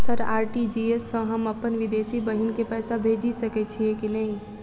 Sir RTGS सँ हम अप्पन विदेशी बहिन केँ पैसा भेजि सकै छियै की नै?